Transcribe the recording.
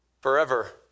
Forever